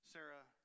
Sarah